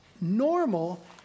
NORMAL